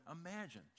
imagine